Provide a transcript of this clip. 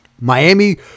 Miami